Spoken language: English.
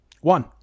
One